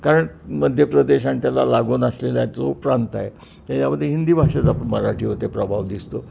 कारण मध्य प्रदेश आणि त्याला लागून असलेला जो प्रांत आहे त्याच्यामध्ये हिंदी भाषेचा पण मराठीवरती प्रभाव दिसतो